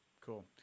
Cool